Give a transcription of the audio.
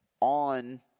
on